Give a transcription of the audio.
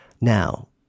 Now